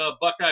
Buckeye